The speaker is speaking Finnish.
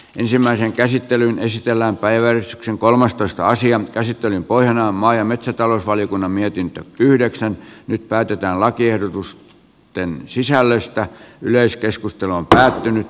ensimmäisen käsittelyn esitellään päiväys kolmastoista asian käsittelyn pohjana on maa ja metsätalousvaliokunnan mietintö yhdeksän päädytään lakiehdotus ten sisällöstä yleiskeskustelu on päättynyt